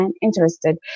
interested